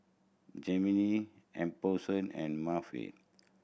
Jaimie Alphonso and Marva